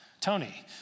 Tony